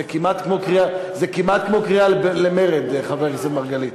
זה כמעט כמו קריאה למרד, חבר הכנסת מרגלית.